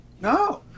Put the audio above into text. No